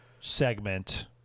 segment